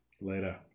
Later